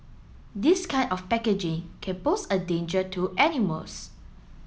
this kind of packaging can pose a danger to animals